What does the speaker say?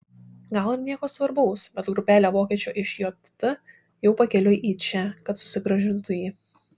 gal ir nieko svarbaus bet grupelė vokiečių iš jt jau pakeliui į čia kad susigrąžintų jį